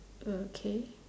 okay